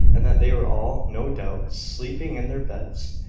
and that they were all, no doubt, sleeping in their beds.